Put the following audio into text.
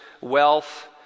wealth